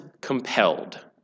compelled